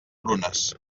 prunes